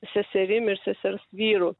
seserim ir sesers vyru